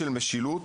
שנוגע למשילות.